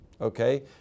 okay